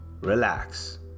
Relax